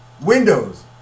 windows